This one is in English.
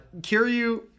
Kiryu